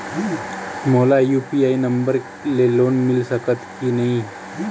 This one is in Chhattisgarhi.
मोला यू.पी.आई नंबर ले लोन मिल सकथे कि नहीं?